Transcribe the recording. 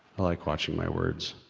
i like watching my words.